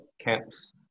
camps